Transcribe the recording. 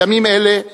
בימים אלה,